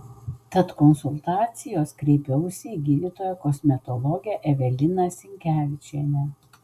tad konsultacijos kreipiausi į gydytoją kosmetologę eveliną sinkevičienę